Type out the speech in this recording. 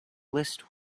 list